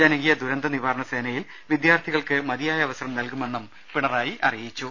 ജനകീയ ദുരന്ത നിവാരണ സേനയിൽ വിദ്യാർഥികൾക്ക് മതിയായ അവസരം നൽകുമെന്നും പിണറായി അറിയിച്ചു